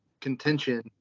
contention